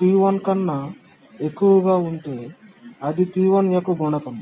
p1 కన్నా ఎక్కువగా ఉంటే అది p1 యొక్క గుణకం